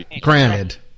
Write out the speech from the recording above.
granted